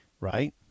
right